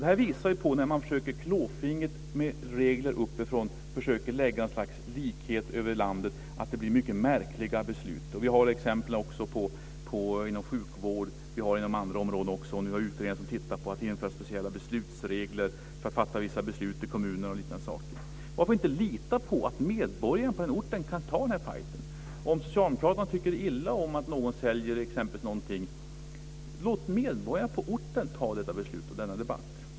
Det här visar, när man klåfingrigt med regler uppifrån försöker lägga ett slags likhet över landet, att det blir mycket märkliga beslut. Vi har också exempel inom sjukvård och inom andra områden. Det finns utredningar som tittar på möjligheten att införa speciella beslutsregler för att fatta vissa beslut i kommunerna osv. Varför inte lita på att medborgarna på en ort kan ta den fighten? Om Socialdemokraterna tycker illa om att någon säljer någonting, låt då medborgarna på orten ta detta beslut och denna debatt!